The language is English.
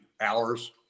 hours